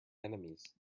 enemies